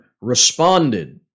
responded